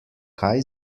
kaj